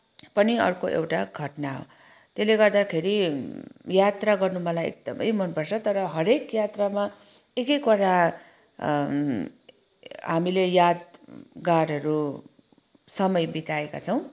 पनि अर्को एउटा घटना हो त्यसले गर्दाखेरि यात्रा गर्नु मलाई एकदमै मनपर्छ तर हरेक यात्रामा एक एकवटा हामीले यादगारहरू समय बिताएका छौँ